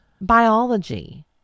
biology